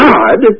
God